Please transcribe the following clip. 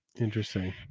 Interesting